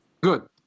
Good